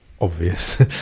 obvious